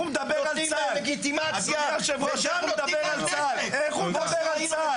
נותנים להם לגיטימציה וגם נותנים להם --- איך הוא מדבר על צה"ל?